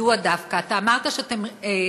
מדוע דווקא, אתה אמרת שפיזרתם